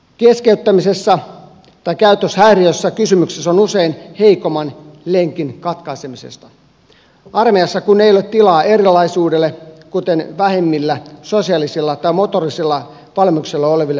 keskeyttämisessä tai käytöshäiriössä kysymyksessä on usein heikoimman lenkin katkaiseminen armeijassa kun ei ole tilaa erilaisuudelle kuten vähemmillä sosiaalisilla tai motorisilla valmiuksilla oleville nuorille